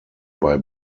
bei